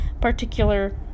particular